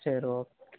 சேரி ஓகே